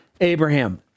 Abraham